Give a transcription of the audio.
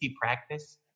practice